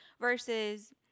versus